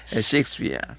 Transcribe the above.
Shakespeare